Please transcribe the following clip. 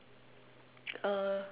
uh